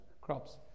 crops